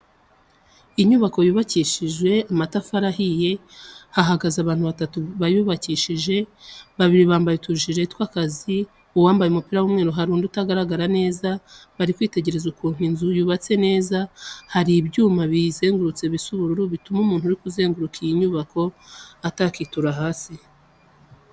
Inzu yubakishije amatafari ahiye, hahagaze abantu batatu bayubakishije, babiri bambaye utujire tw'akazi, uwambaye umupira w'umweru, hari undi utagaragara neza, bari kwitegereza ukuntu inzu yubatse neza, hari ibyuma biyizengurutse bisa ubururu, bituma umuntu uri kuzenguruka iyi nyubako atakitura hasi.